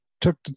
took